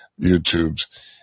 YouTubes